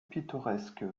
pittoresques